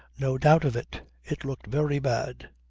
no doubt of it. it looked very bad.